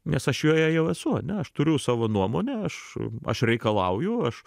nes aš joje jau esu ane aš turiu savo nuomonę aš aš reikalauju aš